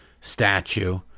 statue